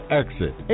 exit